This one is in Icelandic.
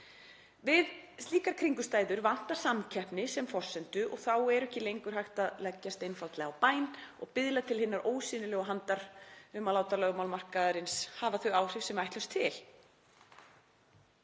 Við slíkar kringumstæður vantar samkeppni sem forsendu og þá er ekki lengur hægt að leggjast á bæn og biðla til hinnar ósýnilegu handar um að láta lögmál markaðarins hafa þau áhrif sem við ætlumst til.